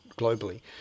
globally